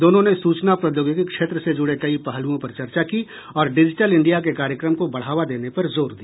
दोनों ने सूचना प्रौद्योगिकी क्षेत्र से जुड़े कई पहलुओं पर चर्चा की और डिजिटल इंडिया के कार्यक्रम को बढ़ावा देने पर जोर दिया